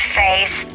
face